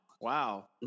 wow